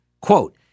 quote